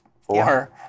Four